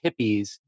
hippies